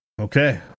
Okay